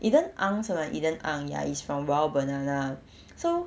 eden ang 什么 eden ang ya is from !wah! banana so